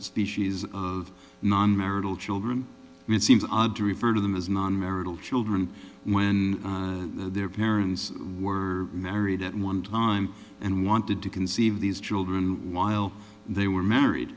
species of non marital children it seems odd to refer to them as non marital children when their parents were married at one time and wanted to conceive these children while they were married